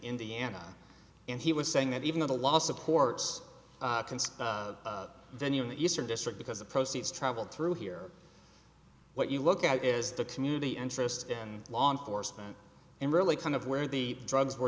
indiana and he was saying that even though the law supports venue in the eastern district because the proceeds travelled through here what you look at is the community interest in law enforcement and really kind of where the drugs were